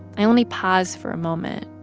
i only pause for a moment.